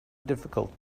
difficult